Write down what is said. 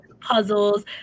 puzzles